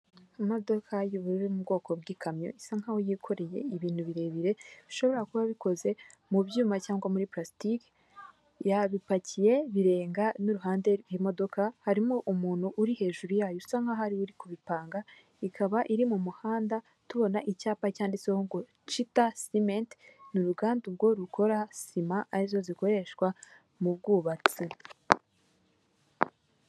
Imodoka y'ubururu mu bwoko bw'ikamyo isa nkaho yikoreye ibintu birebire bishobora kuba bikoze mu byuma cyangwa muri pulasitiki, yabipakiye birenga n'uruhande rw'imodoka harimo umuntu uri hejuru yayo usa nkaho ari uri kubipanga, ikaba iri mumuhanda tubona icyapa cyanditseho ngo cita simenti, ni uruganda ubwo rukora sima arizo zikoreshwa mu bwubatsi.